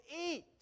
eat